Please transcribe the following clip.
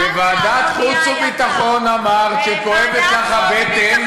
בוועדת החוץ והביטחון אמרת שכואבת לך הבטן,